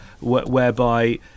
whereby